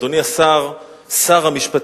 אדוני שר המשפטים,